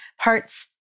parts